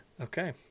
Okay